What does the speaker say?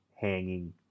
hanging